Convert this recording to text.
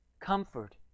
comfort